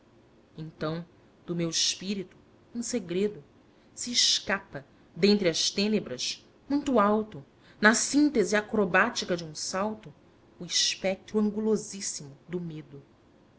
então do meu espírito em segredo se escapa dentre as tênebras muito alto na síntese acrobática de um salto o espectro angulosíssimo do medo